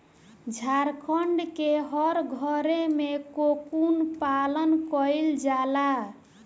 झारखण्ड के हर घरे में कोकून पालन कईला जाला